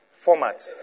format